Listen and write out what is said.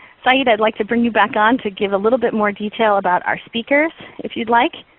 saeed, i would like to bring you back on to give a little bit more about our speakers if you'd like,